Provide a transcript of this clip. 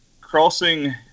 crossing